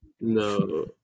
No